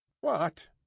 What